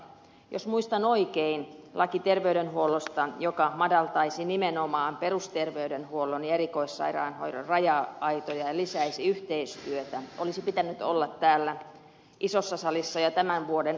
jos muistan oikein lain terveydenhuollosta joka madaltaisi nimenomaan perusterveydenhuollon ja erikoissairaanhoidon raja aitoja ja lisäisi yhteistyötä olisi pitänyt olla täällä isossa salissa jo tämän vuoden alussa